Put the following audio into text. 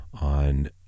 on